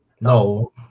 No